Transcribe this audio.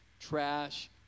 trash